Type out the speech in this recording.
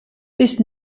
this